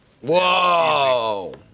Whoa